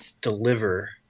deliver